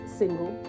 single